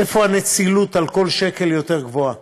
איפה הנצילות על כל שקל יותר גבוהה,